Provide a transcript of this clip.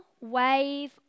wave